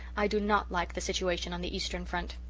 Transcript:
i do not like the situation on the eastern front.